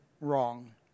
wrong